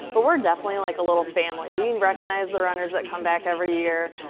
but we're definitely like a little family. we recognize the runners that come back every year.